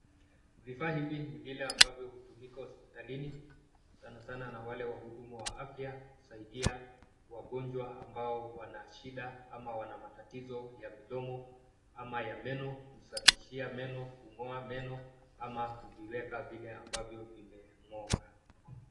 Vifaa hivi ni vile ambavyo hutumika hospitalini sana sana na wale wahudumu wa afya kusaidia wagonjwa ambao wana shida ama wana matatizo ya midomo ama ya meno kusafishia meno, kung'oa meno ama kuviweka vile ambavyo vimeng'oka.